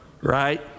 right